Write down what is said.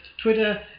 Twitter